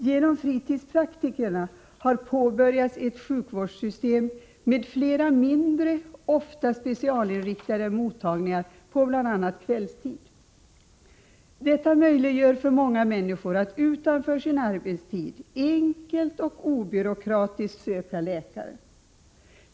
Genom fritidspraktikerna har påbörjats ett sjukvårdssystem med mindre, ofta specialinriktade mottagningar på bl.a. kvällstid. Detta möjliggör för många människor att utanför sin arbetstid enkelt och obyråkratiskt söka läkare.